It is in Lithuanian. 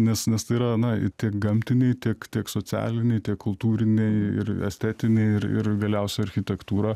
nes nes tai yra na tiek gamtiniai tiek tiek socialiniai kultūriniai ir estetiniai ir ir galiausiai architektūra